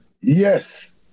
Yes